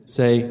say